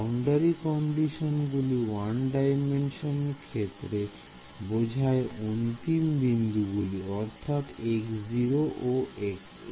boundary condition গুলি 1D ক্ষেত্রে বোঝায় অন্তিম বিন্দুগুলি অর্থাৎ x0 ও xn